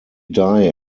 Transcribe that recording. die